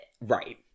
Right